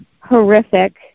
horrific